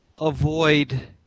avoid